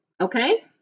Okay